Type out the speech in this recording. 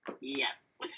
yes